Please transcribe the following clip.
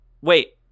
Wait